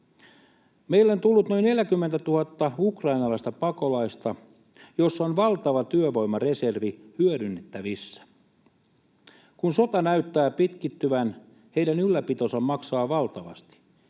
Meille on tullut noin 40 000 ukrainalaista pakolaista, joissa on valtava työvoimareservi hyödynnettävissä. Kun sota näyttää pitkittyvän, heidän ylläpitonsa maksaa valtavasti.